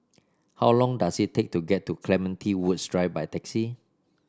how long does it take to get to Clementi Woods Drive by taxi